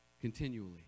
continually